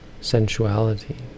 sensuality